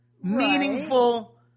meaningful